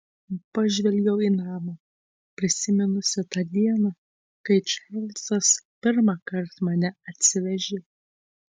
pažvelgiau į namą prisiminusi tą dieną kai čarlzas pirmąkart mane atsivežė